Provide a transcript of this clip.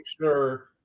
sure